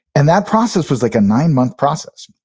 and that process was like a nine month process.